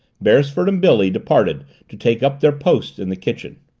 beresford and billy departed to take up their posts in the kitchen.